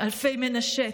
אלפי מנשה,